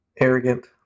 arrogant